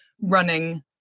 running